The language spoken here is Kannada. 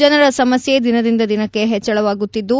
ಜನರ ಸಮಸ್ಯೆ ದಿನದಿಂದ ದಿನಕ್ಕೆ ಹೆಚ್ಚಳವಾಗುತ್ತಿದ್ದು